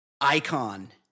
icon